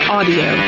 Audio